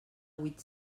huit